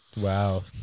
Wow